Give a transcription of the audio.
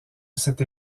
cette